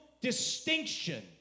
distinction